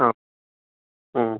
आं